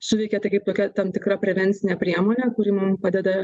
suveikė tai kaip tokia tam tikra prevencinė priemonė kuri mum padeda